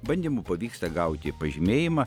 bandymu pavyksta gauti pažymėjimą